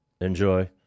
enjoy